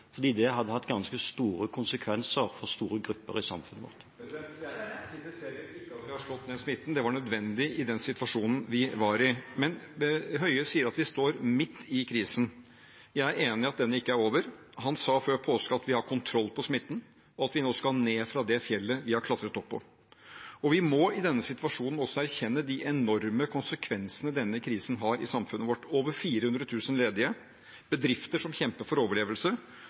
Det ville ha hatt ganske store konsekvenser for store grupper i samfunnet vårt. Det blir oppfølgingsspørsmål – først Jonas Gahr Støre. Jeg kritiserer ikke at vi har slått ned smitten. Det var nødvendig i den situasjonen vi var i. Men statsråd Høie sier at vi står midt i krisen. Jeg er enig i at den ikke er over. Han sa før påske at vi har kontroll på smitten, og at vi nå skal ned fra det fjellet vi har klatret opp på. Vi må i denne situasjonen også erkjenne de enorme konsekvensene denne krisen har for samfunnet vårt: over